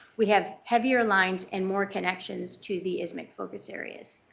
we have heavier lines and more connections to the ismicc focus areas.